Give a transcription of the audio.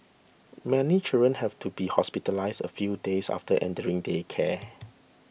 many children have to be hospitalised a few days after entering daycare